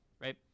right